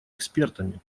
экспертами